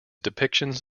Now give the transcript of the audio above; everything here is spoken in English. depictions